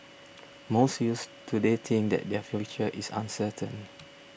most youths today think that their future is uncertain